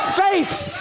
faiths